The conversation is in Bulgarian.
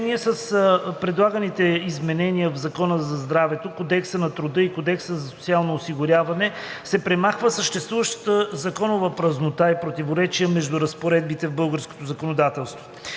В заключение с предлаганите изменения в Закона за здравето, Кодекса на труда и Кодекса за социално осигуряване се премахва съществуваща законова празнота и противоречия между разпоредбите в българското законодателство.